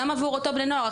גם עבור אותם בני נוער.